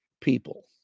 people